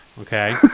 okay